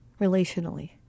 relationally